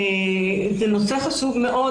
זה נושא חשוב מאוד,